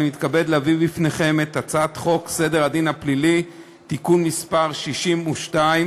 אני מתכבד להביא בפניכם את הצעת חוק סדר הדין הפלילי (תיקון מס' 62,